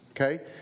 Okay